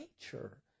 nature